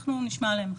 אנחנו נשמע עליהם.